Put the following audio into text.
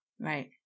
Right